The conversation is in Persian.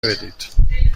بدید